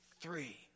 three